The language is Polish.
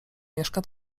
mieszka